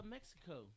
Mexico